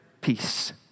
peace